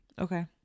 Okay